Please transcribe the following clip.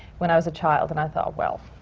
when i was a child. and i thought, well,